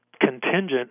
contingent